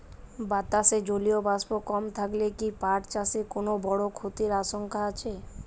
বাতাসে জলীয় বাষ্প কম থাকলে কি পাট চাষে কোনো বড় ক্ষতির আশঙ্কা আছে?